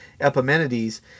Epimenides